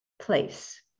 place